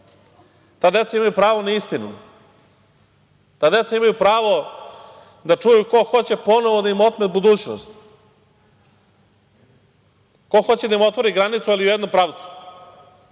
Ta deca imaju pravo na istinu. Ta deca imaju pravo da čuju ko hoće ponovo da im otme budućnost, ko hoće da im otvori granicu, ali u jednom pravcu,